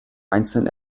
einzeln